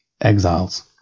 exiles